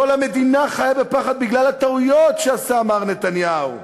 כל המדינה חיה בפחד בגלל הטעויות שעשה מר נתניהו.